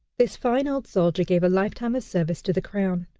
this fine old soldier gave a life-time of service to the crown,